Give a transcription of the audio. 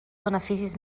beneficis